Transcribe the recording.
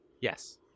yes